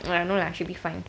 I don't know lah should be fine